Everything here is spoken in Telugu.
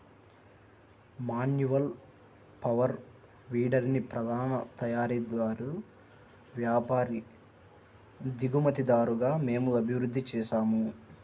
మాన్యువల్ పవర్ వీడర్ని ప్రధాన తయారీదారు, వ్యాపారి, దిగుమతిదారుగా మేము అభివృద్ధి చేసాము